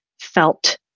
felt